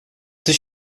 tyś